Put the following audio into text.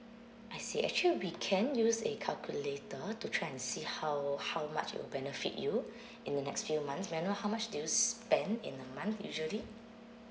I see actually we can use a calculator to try and see how how much it will benefit you in the next few months may I know how much do you spend in a month usually